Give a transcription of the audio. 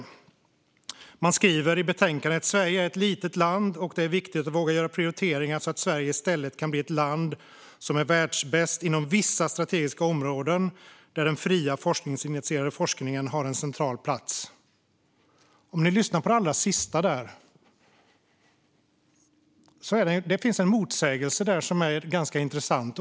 I betänkandet kan man läsa att regeringen skriver: "Sverige är ett litet land och det är viktigt att våga göra prioriteringar så att Sverige i stället kan bli ett land som är världsbäst inom vissa strategiska områden där den fria forskarinitierade forskningen har en central plats." I den allra sista delen finns det en motsägelse som är ganska intressant.